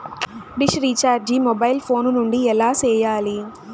dish recharge mobile phone నుండి ఎలా సేయాలి